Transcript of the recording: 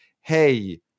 hey